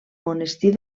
monestir